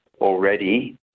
already